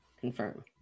Confirm